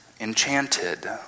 enchanted